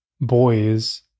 boys